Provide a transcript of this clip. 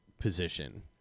position